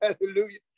Hallelujah